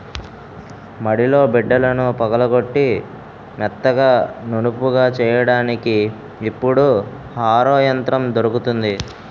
మడిలో బిడ్డలను పగలగొట్టి మెత్తగా నునుపుగా చెయ్యడానికి ఇప్పుడు హరో యంత్రం దొరుకుతుంది